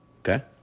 okay